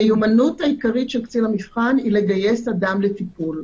המיומנות העיקרית של קצין המבחן היא לגייס אדם לטיפול.